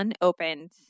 unopened